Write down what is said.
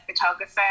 photographer